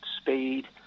speed